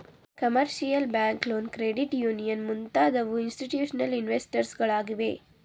commercial bank loan, credit union ಮುಂತಾದವು institutional investors ಗಳಾಗಿವೆ